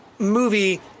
movie